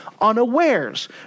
unawares